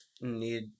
need